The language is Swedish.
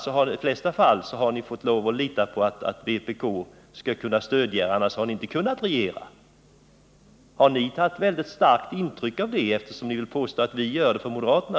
I de flesta fall har ni fått lov att lita på att vpk skulle stödja er, annars har ni inte kunnat regera. Har ni för den skull tagit väldigt starkt intryck av dem, eftersom ni vill påstå att vi tar intryck av moderaterna?